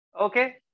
okay